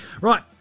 Right